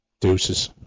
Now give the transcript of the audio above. Deuces